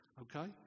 okay